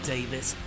Davis